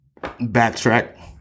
backtrack